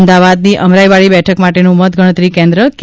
અમદાવાદની અમરાઇવાડી બેઠક માટેનું મતગણતરી કેન્દ્ર કે